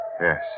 Yes